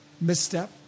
misstep